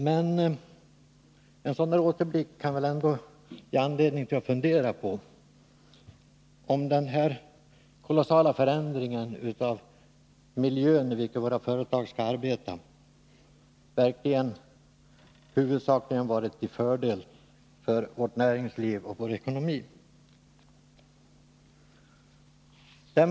Men en sådan här återblick kan väl ändå ge oss anledning att fundera över om den här kolossala förändringen av den miljö i vilken våra företag skall arbeta verkligen varit till fördel för vårt näringsliv och vår ekonomi.